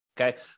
Okay